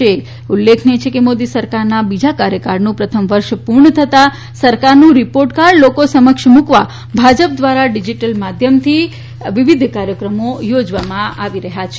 અત્રે ઉલ્લેખનીય છે કે મોદી સરકારના બીજા કાર્યકાળનું પ્રથમ વર્ષ પૂર્ણ થતાં સરકારનું રિપોર્ટકાર્ડ લોકો સમક્ષ મુકવા ભાજપ દ્વારા ડિજીટલ માધ્યમથી વિવિધ કાર્યક્રમો યોજવામાં આવી રહ્યા છે